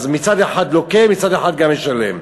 אז מצד אחד לוקה, מצד אחד גם משלם.